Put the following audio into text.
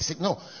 No